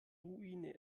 ruine